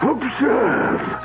Observe